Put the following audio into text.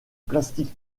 plastique